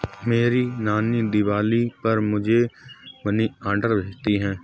मेरी नानी दिवाली पर मुझे मनी ऑर्डर भेजती है